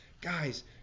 Guys